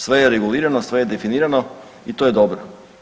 Sve je regulirano, sve je definirano i to je dobro.